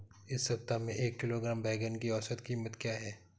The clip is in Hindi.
इस सप्ताह में एक किलोग्राम बैंगन की औसत क़ीमत क्या है?